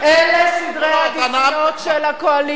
אלה סדרי העדיפויות של הקואליציה.